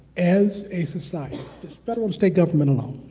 as a society, just federal and state government alone,